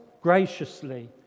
graciously